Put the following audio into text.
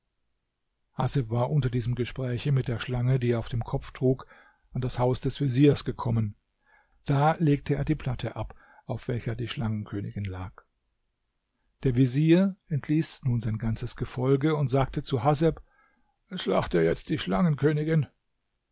war unter diesem gespräche mit der schlange die er auf dem kopf trug an das haus des veziers gekommen da legte er die platte ab auf welcher die schlangenkönigin lag der vezier entließ nun sein ganzes gefolge und sagte zu haseb schlachte jetzt die